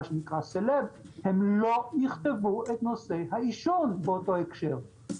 הם לא יכתבו את נושא העישון באותו ההקשר.